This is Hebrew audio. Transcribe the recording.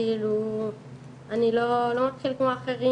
כאילו אני לא הייתי כמו כל האחרים,